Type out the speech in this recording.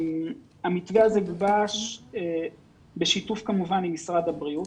המתווה הזה גובש בשיתוף כמובן עם משרד הבריאות.